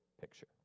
picture